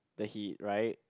that he right